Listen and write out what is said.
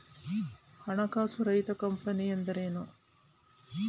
ಹಣಕಾಸು ರಹಿತ ಕಂಪನಿ ಎಂದರೇನು?